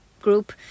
group